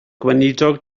gweinidog